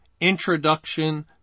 introduction